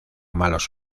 malos